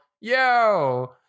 yo